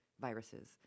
viruses